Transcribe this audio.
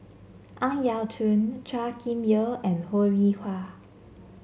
Ang Yau Choon Chua Kim Yeow and Ho Rih Hwa